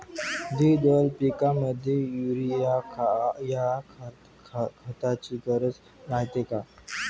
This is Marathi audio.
द्विदल पिकामंदी युरीया या खताची गरज रायते का?